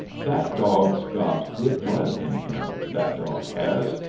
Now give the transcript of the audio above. that dog's got good blood in him, that dog has.